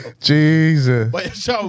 Jesus